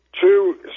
two